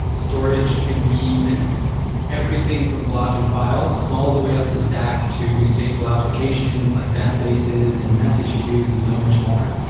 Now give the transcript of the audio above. storage can mean everything from block and file, all the way up the stack to stateful applications, like databases and message queues and so much more.